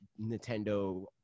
Nintendo